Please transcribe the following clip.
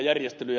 järjestelyjä